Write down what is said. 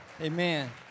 Amen